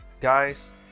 guys